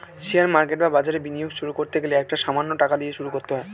share market বা বাজারে বিনিয়োগ শুরু করতে গেলে একটা সামান্য টাকা দিয়ে শুরু করতে হয়